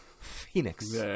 Phoenix